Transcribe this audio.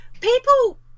people